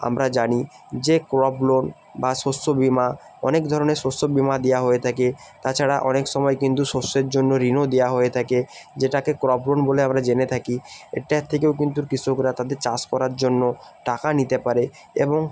আমরা জানি যে ক্রপ লোন বা শস্য বিমা অনেক ধরনের শস্য বিমা দেওয়া হয়ে থাকে তাছাড়া অনেক সময় কিন্তু শস্যের জন্য ঋণও দেওয়া হয়ে থাকে যেটাকে ক্রপ লোন বলে আমরা জেনে থাকি এটার থেকেও কিন্তু কৃষকরা তাদের চাষ করার জন্য টাকা নিতে পারে এবং